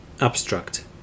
Abstract